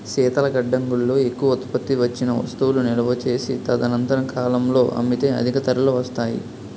శీతల గడ్డంగుల్లో ఎక్కువ ఉత్పత్తి వచ్చిన వస్తువులు నిలువ చేసి తదనంతర కాలంలో అమ్మితే అధిక ధరలు వస్తాయి